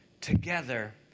together